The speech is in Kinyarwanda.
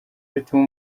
bituma